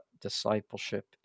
discipleship